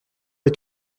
est